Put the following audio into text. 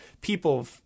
people